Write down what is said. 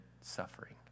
suffering